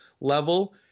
level